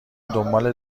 دنبال